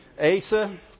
Asa